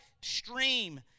stream